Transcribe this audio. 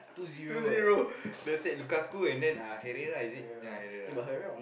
two zero Lukaku and then Herrera is it yeah Herrera